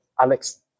Alex